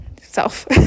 self